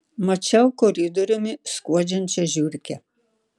mačiau koridoriumi skuodžiančią žiurkę